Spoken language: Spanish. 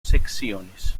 secciones